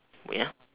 ya